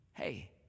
hey